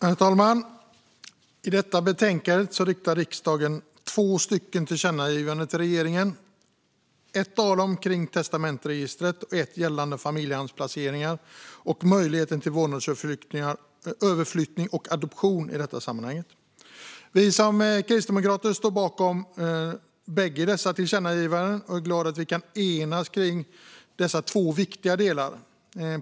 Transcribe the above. Herr talman! I detta betänkande föreslår utskottet att riksdagen riktar två tillkännagivanden till regeringen. Det ena gäller testamentsregister, och det andra gäller familjehemsplaceringar och möjligheten till vårdnadsöverflyttning och adoption i det sammanhanget. Vi kristdemokrater står bakom bägge dessa tillkännagivanden och är glada över att vi kan enas i dessa två viktiga delar.